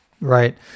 Right